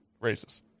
races